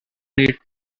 need